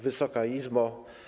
Wysoka Izbo!